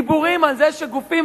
דיבורים על זה שגופים,